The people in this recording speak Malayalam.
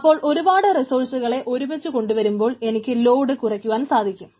അപ്പോൾ ഒരുപാട് റിസ്സോഴ്സുകളെ ഒരുമിച്ചു കൊണ്ടുവരുമ്പോൾ എനിക്ക് ലോഡ് കുറക്കുവാൻ സാധിക്കുന്നു